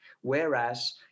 Whereas